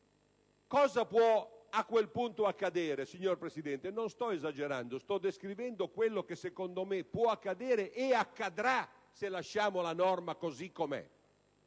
Cosa può a quel punto accadere, signor Presidente (e non sto esagerando, sto descrivendo quello che secondo me può accadere e accadrà se lasciamo la norma così com'è)?